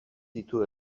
ditu